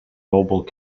mobile